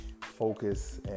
focus